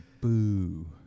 boo